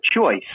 choice